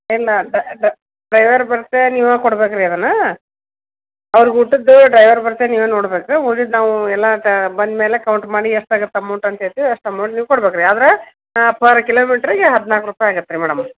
ಇಲ್ಲ ಡ್ರೈವರ್ ಬತ್ತೆ ನೀವೇ ಕೊಡ್ಬೇಕು ರೀ ಅದನ್ನು ಅವ್ರಿಗೆ ಊಟದ್ದು ಡ್ರೈವರ್ ಬತ್ತೆ ನೀವೇ ನೋಡ್ಬೇಕು ರೀ ಉಳ್ದಿದ್ದು ನಾವು ಎಲ್ಲ ತಾ ಬಂದ ಮೇಲೆ ಕೌಂಟ್ ಮಾಡಿ ಎಷ್ಟಾಗತ್ತೆ ಅಮೌಂಟ್ ಅಂತ ಹೇಳ್ತಿವಿ ಅಷ್ಟು ಅಮೌಂಟ್ ನೀವು ಕೊಡ್ಬೇಕು ರೀ ಆದ್ರೆ ಪರ್ ಕಿಲೋಮೀಟ್ರ್ಗೆ ಹದಿನಾಲ್ಕು ರೂಪಾಯಿ ಆಗತ್ತೆ ರೀ ಮೇಡಮ್